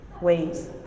ways